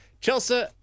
Chelsea